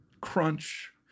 crunch